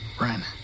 Ren